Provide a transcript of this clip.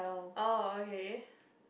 oh okay